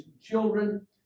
children